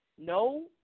No